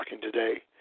today